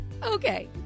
Okay